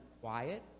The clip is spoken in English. quiet